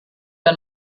der